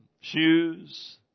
shoes